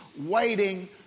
waiting